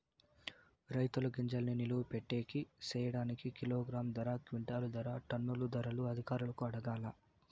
రైతుల గింజల్ని నిలువ పెట్టేకి సేయడానికి కిలోగ్రామ్ ధర, క్వింటాలు ధర, టన్నుల ధరలు అధికారులను అడగాలా?